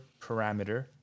parameter